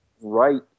right